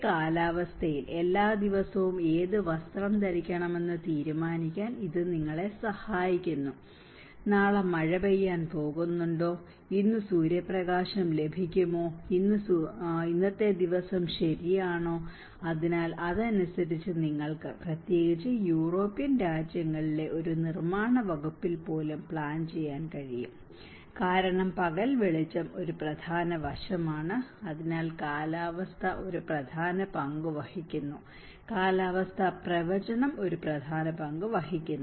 ഒരു കാലാവസ്ഥയിൽ എല്ലാ ദിവസവും ഏത് വസ്ത്രം ധരിക്കണമെന്ന് തീരുമാനിക്കാൻ ഇത് നിങ്ങളെ സഹായിക്കുന്നു നാളെ മഴ പെയ്യാൻ പോകുന്നുണ്ടോ ഇന്ന് സൂര്യപ്രകാശം ലഭിക്കുമോ ഇന്ന് സൂര്യപ്രകാശം ലഭിക്കുമോ ഇന്നത്തെ ദിവസം ശരിയാണോ അതിനാൽ അതനുസരിച്ച് നിങ്ങൾക്ക് പ്രത്യേകിച്ച് യൂറോപ്യൻ രാജ്യങ്ങളിലെ ഒരു നിർമ്മാണ വകുപ്പിൽ പോലും പ്ലാൻ ചെയ്യാൻ കഴിയും കാരണം പകൽ വെളിച്ചം ഒരു പ്രധാന വശമാണ് അതിനാൽ കാലാവസ്ഥ ഒരു പ്രധാന പങ്ക് വഹിക്കുന്നു കാലാവസ്ഥാ പ്രവചനം ഒരു പ്രധാന പങ്ക് വഹിക്കുന്നു